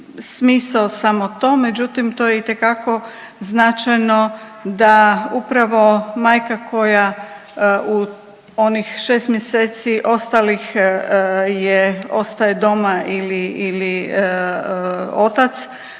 samo to međutim to je itekako značajno da upravo majka koja u onih 6 mjeseci ostalih je ostaje doma ili,